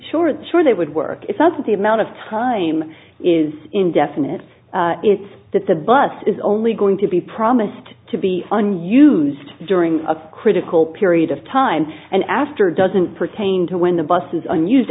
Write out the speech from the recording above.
sure sure that would work it's not the amount of time is indefinite it's that the bus is only going to be promised to be unused during a critical period of time and after doesn't pertain to when the bus is unused